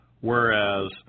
whereas